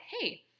hey